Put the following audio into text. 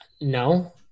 No